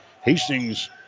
Hastings